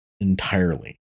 entirely